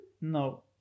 no